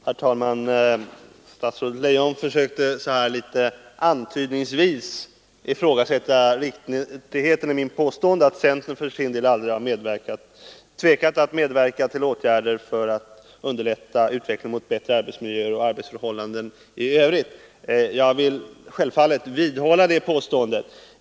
Herr talman! Statsrådet Leijon försökte att antydningsvis ifrågasätta riktigheten i mitt påstående att centern för sin del aldrig tvekat att medverka till att underlätta åtgärder i riktning mot bättre arbetsmiljöer och arbetsförhållanden i övrigt. Jag vill självfallet vidhålla det påståendet.